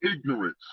ignorance